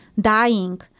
dying